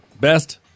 best